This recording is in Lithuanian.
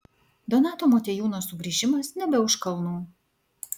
donato motiejūno sugrįžimas nebe už kalnų